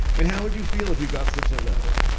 i mean, how would you feel if you got such a letter?